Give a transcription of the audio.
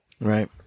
Right